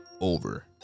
over